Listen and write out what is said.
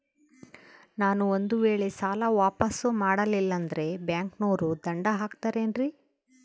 ನಾನು ಒಂದು ವೇಳೆ ಸಾಲ ವಾಪಾಸ್ಸು ಮಾಡಲಿಲ್ಲಂದ್ರೆ ಬ್ಯಾಂಕನೋರು ದಂಡ ಹಾಕತ್ತಾರೇನ್ರಿ?